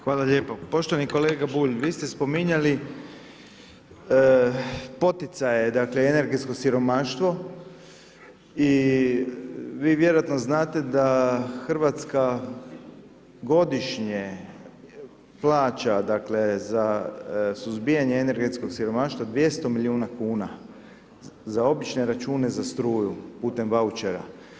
Hvala lijepo, poštovani kolega Bulj vi ste spominjali poticaje, dakle energetsko siromaštvo i vi vjerojatno znate da Hrvatska godišnje plaća, dakle za suzbijanje energetskog siromaštva 200 miliona kuna, za obične račune za struju putem vaučera.